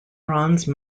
bronze